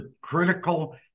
critical